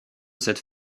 cette